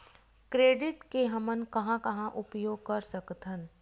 Credit के हमन कहां कहा उपयोग कर सकत हन?